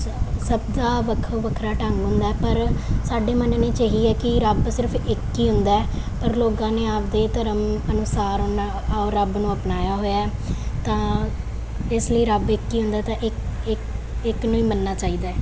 ਸ ਸਭ ਦਾ ਵੱਖੋ ਵੱਖਰਾ ਢੰਗ ਹੁੰਦਾ ਪਰ ਸਾਡੇ ਮੰਨਣੀ 'ਚ ਇਹੀ ਹੈ ਕਿ ਰੱਬ ਸਿਰਫ ਇੱਕ ਹੀ ਹੁੰਦਾ ਪਰ ਲੋਕਾਂ ਨੇ ਆਪਦੇ ਧਰਮ ਅਨੁਸਾਰ ਉਹਨਾਂ ਉਹ ਰੱਬ ਨੂੰ ਅਪਣਾਇਆ ਹੋਇਆ ਤਾਂ ਇਸ ਲਈ ਰੱਬ ਇੱਕ ਹੀ ਹੁੰਦਾ ਤਾਂ ਇੱਕ ਨੂੰ ਹੀ ਮੰਨਣਾ ਚਾਹੀਦਾ ਹੈ